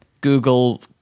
Google –